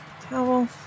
towel